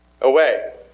Away